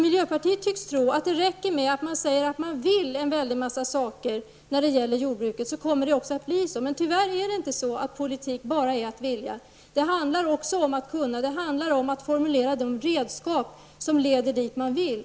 Miljöpartiet tycks tro att det räcker med att säga att man vill väldigt många saker som gäller jordbruket och då kommer det också att bli så. Men tyvärr är politik inte bara att vilja. Det handlar också om att kunna. Det handlar om att forma de redskap som leder dit man vill.